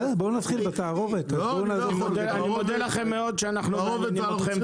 אני מודה לכם מאוד שאנחנו מעניינים אותכם,